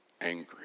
angry